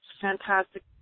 fantastic